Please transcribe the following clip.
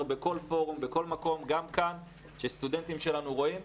בכל פורום ובכל מקום וגם כאן זה והסטודנטים שלנו רואים,